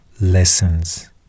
lessons